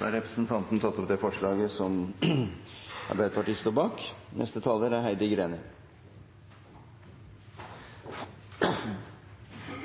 Representanten Stein Erik Lauvås har tatt opp det forslaget som